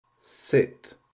Sit